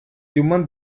demandes